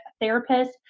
therapist